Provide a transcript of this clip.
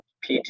PT